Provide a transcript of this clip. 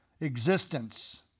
existence